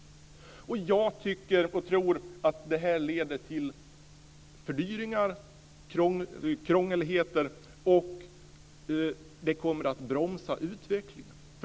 Jag tycker och tror att detta leder till fördyringar, krångligheter, och det kommer att bromsa utvecklingen.